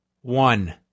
one